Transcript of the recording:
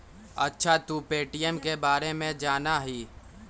अच्छा तू पे.टी.एम के बारे में जाना हीं?